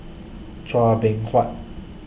Chua Beng Huat